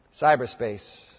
Cyberspace